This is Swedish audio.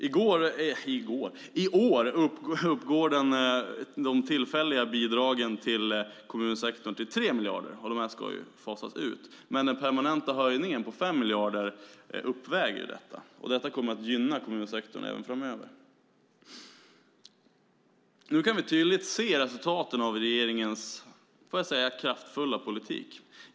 I år uppgår de tillfälliga bidragen till kommunsektorn till 3 miljarder. Dessa ska ju fasas ut, men den permanenta höjningen på 5 miljarder uppväger detta vilket kommer att gynna kommunsektorn även framöver. Nu kan vi tydligt se resultaten av regeringens kraftfulla politik.